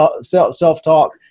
self-talk